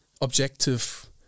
objective